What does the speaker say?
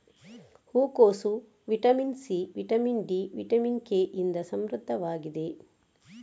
ಹೂಕೋಸು vitamin C, vitamin D, vitamin K ಇಂದ ಸಮೃದ್ಧವಾಗಿದೆ